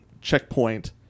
checkpoint